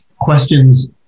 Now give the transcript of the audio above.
questions